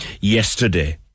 yesterday